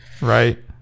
Right